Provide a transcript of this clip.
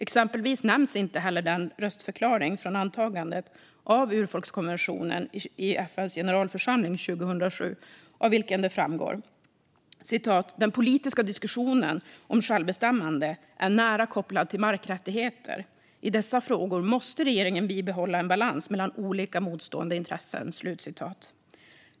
Exempelvis nämns inte heller den röstförklaring från antagandet av urfolkskonventionen i FN:s generalförsamling 2007 av vilken det framgår: "Den politiska diskussionen om självbestämmande är nära kopplad till markrättigheter. I dessa frågor måste regeringen bibehålla en balans mellan olika motstående intressen."